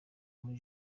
muri